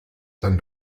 dann